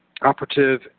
operative